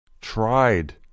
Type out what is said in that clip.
Tried